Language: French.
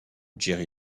jerry